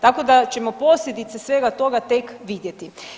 Tako da ćemo posljedice svega toga tek vidjeti.